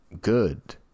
good